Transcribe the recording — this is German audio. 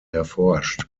erforscht